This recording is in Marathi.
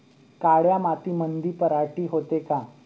काळ्या मातीमंदी पराटी होते का?